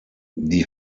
die